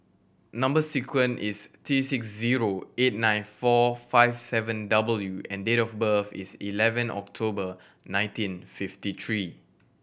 number sequence is T six zero eight nine four five seven W and date of birth is eleven October nineteen fifty three